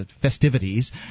festivities